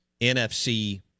NFC